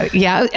yeah.